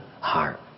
heart